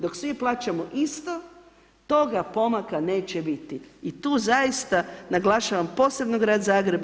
Dok svi plaćamo isto, toga pomaka neće biti i tu zaista naglašavam posebno grad Zagreb.